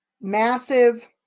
massive